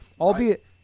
albeit